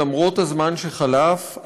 למרות הזמן שחלף,